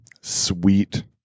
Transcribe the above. sweet